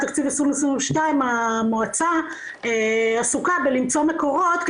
מבחינת תקציב 2022 המועצה עסוקה בלמצוא מקורות,